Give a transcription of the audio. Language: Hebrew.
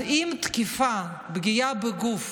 אז אם תקיפה, פגיעה בגוף